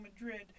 Madrid